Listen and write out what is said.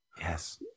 Yes